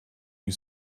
you